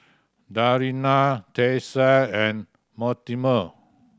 Dariana Tyesha and Mortimer